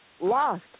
lost